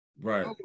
Right